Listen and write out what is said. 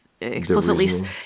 explicitly –